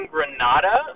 Granada